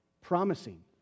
promising